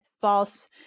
false